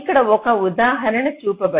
ఇక్కడ ఒక ఉదాహరణ చూపబడింది